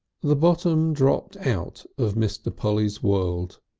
the bottom dropped out of mr. polly's world.